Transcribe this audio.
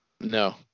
No